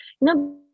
No